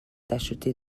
tacheté